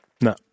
No